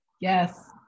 Yes